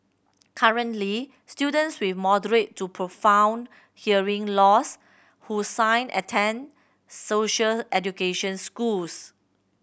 currently students with moderate to profound hearing loss who sign attend social education schools